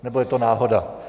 Nebo je to náhoda?